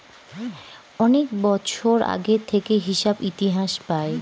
অনেক বছর আগে থেকে হিসাব ইতিহাস পায়